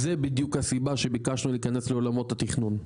זו בדיוק הסיבה שביקשנו להיכנס לעולמות התכנון,